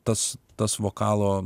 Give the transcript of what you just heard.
tas tas vokalo